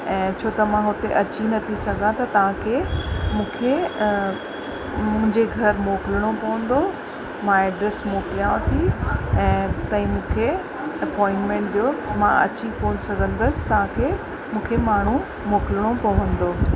ऐं छो त मां हुते अची नथी सघां त तव्हांखे मूंखे मुंहिंजे घर मोकिलिणो पवंदो मां एड्रेस मोकलियावती ऐं तईं मूंखे अपोंटमेंट ॾियो मां अची कोन्ह सघंदसि तव्हांखे मूंखे माण्हू मोकिलिणो पवंदो